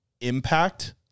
impact